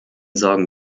sorgen